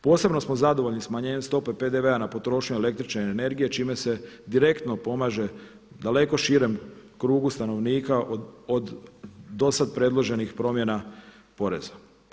Posebno smo zadovoljni smanjenjem stope PDV na potrošnju električne energije čime se direktno pomaže daleko širem krugu stanovnika od dosad predloženih promjena poreza.